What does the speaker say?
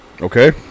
Okay